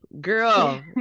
girl